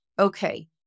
okay